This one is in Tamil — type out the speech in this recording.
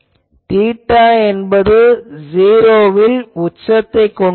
தீட்டா என்பது '0' வில் உச்சத்தைக் கொண்டுள்ளது